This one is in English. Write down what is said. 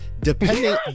depending